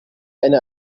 einer